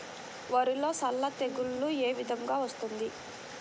వరిలో సల్ల తెగులు ఏ విధంగా వస్తుంది?